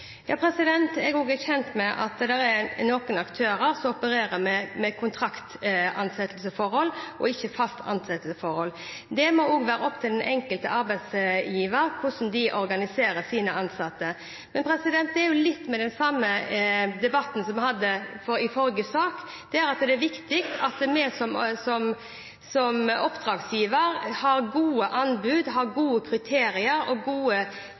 Jeg er også kjent med at det er noen aktører som opererer med kontraktansettelser og ikke faste ansettelser. Det må være opp til den enkelte arbeidsgiver hvordan de organiserer sine ansatte. Men det er litt av den samme debatten som vi hadde i forrige sak – det er viktig at vi som oppdragsgiver har gode anbud, gode kriterier og gode